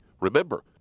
Remember